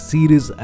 Series